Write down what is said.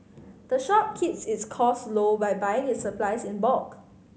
the shop keeps its cost low by buying its supplies in bulk